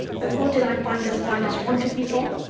but what did i find the spiders wanted me for?